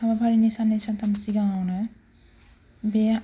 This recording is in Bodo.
हाबाफारिनि साननै सानथाम सिगाङावनो बे